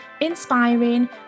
inspiring